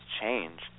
change